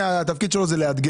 זה מקצועית, לא משפטית.